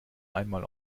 einmal